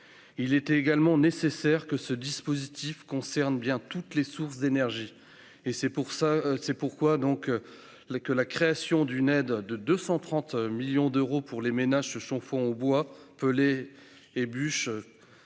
Il importait également que ce dispositif concerne bien toutes les sources d'énergie. C'est pourquoi la création d'une aide de 230 millions d'euros pour les ménages se chauffant au bois, avec des